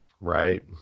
right